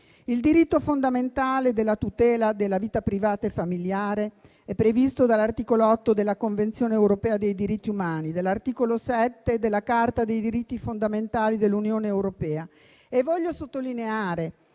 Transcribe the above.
Il diritto fondamentale alla tutela della vita privata e familiare è previsto dall'articolo 8 della Convenzione europea dei diritti dell'uomo e dall'articolo 7 della Carta dei diritti fondamentali dell'Unione europea. E voglio sottolineare